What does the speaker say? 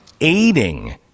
aiding